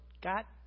got